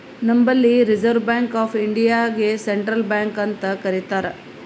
ನಂಬಲ್ಲಿ Reserve Bank of ಇಂಡಿಯಾಗೆ central bank ಅಂತ್ ಕರಿತಾರ್